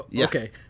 Okay